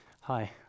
Hi